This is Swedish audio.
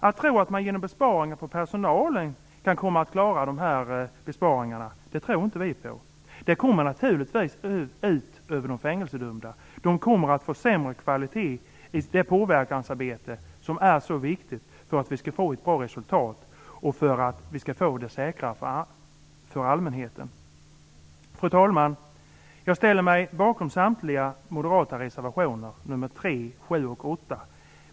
Att man genom besparingar på personalen skall kunna klara dessa besparingar tror inte vi på. Det kommer naturligtvis att gå ut över de fängelsedömda. De kommer att få sämre kvalitet i det påverkansarbete som är så viktigt för att vi skall få ett bra resultat och för att säkerheten för allmänheten skall förbättras. Fru talman! Jag ställer mig bakom samtliga moderata reservationer, 3, 7 och 8.